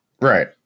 right